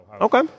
Okay